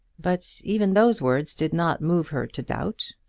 but even those words did not move her to doubt.